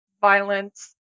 violence